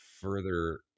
further